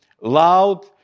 loud